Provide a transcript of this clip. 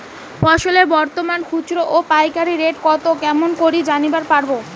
ফসলের বর্তমান খুচরা ও পাইকারি রেট কতো কেমন করি জানিবার পারবো?